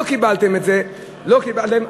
לא קיבלתם את זה, לא קיבלתם.